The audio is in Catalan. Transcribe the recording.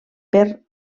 per